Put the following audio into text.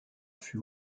fut